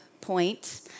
point